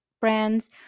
brands